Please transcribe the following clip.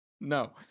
No